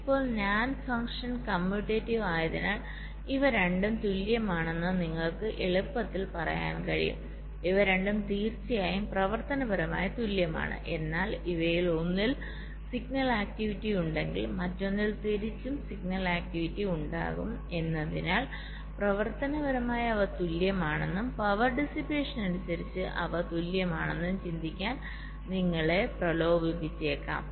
ഇപ്പോൾ NAND function commutative ആയതിനാൽ ഇവ രണ്ടും തുല്യമാണെന്ന് നിങ്ങൾക്ക് എളുപ്പത്തിൽ പറയാൻ കഴിയും ഇവ രണ്ടും തീർച്ചയായും പ്രവർത്തനപരമായി തുല്യമാണ് എന്നാൽ ഇവയിൽ ഒന്നിൽ സിഗ്നൽ ആക്ടിവിറ്റിയുണ്ടെങ്കിൽ മറ്റൊന്നിൽ തിരിച്ചും സിഗ്നൽ ആക്ടിവിറ്റി ഉണ്ടാകും എന്നതിനാൽ പ്രവർത്തനപരമായി അവ തുല്യമാണെന്നും പവർ ഡിസ്പേഷൻ അനുസരിച്ച് അവ തുല്യമാണെന്നും ചിന്തിക്കാൻ നിങ്ങളെ പ്രലോഭിപ്പിച്ചേക്കാം